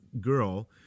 girl